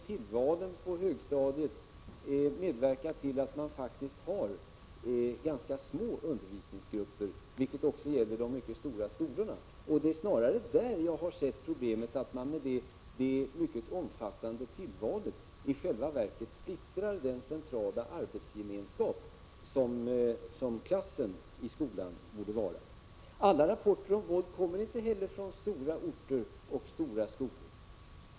Tillvalen på högstadiet har medverkat till att man faktiskt har ganska små undervisningsgrupper, vilket också gäller i de mycket stora skolorna. Det är snarare där jag har sett problemet. Med det mycket omfattande tillvalet splittrar man i själva verket den centrala arbetsgemenskap i skolan som klassen borde vara. Alla rapporter om våld kommer inte heller från stora orter och stora skolor.